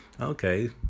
okay